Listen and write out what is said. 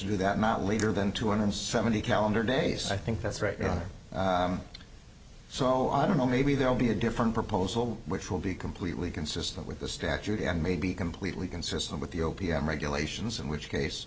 to do that not later than two hundred seventy calendar days i think that's right or so i don't know maybe there will be a different proposal which will be completely consistent with the statute and may be completely consistent with the o p m regulations in which case